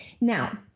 Now